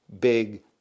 big